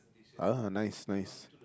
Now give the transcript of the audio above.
ah nice nice